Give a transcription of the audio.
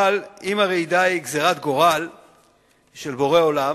אבל אם הרעידה היא גזירת גורל של בורא עולם,